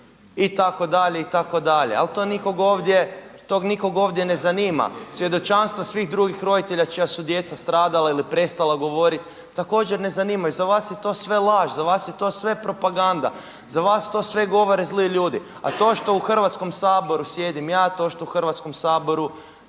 Mathis itd., itd., ali to nikog ovdje ne zanima. Svjedočanstva svih drugih roditelja čija su djeca stradala ili prestala govoriti također ne zanimaju. Za vas je to sve laž, za vas je to sve propaganda, za vas to sve govore zli ljudi. A to što u Hrvatskom saboru sjedim ja, to što u Hrvatskom saboru